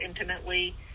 intimately